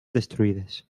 destruïdes